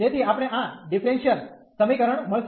તેથી આપણે આ ડીફરેન્શીયલ સમીકરણ મળશે